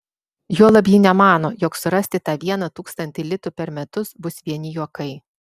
juolab ji nemano jog surasti tą vieną tūkstantį litų per metus bus vieni juokai